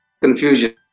confusion